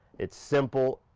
it's simple,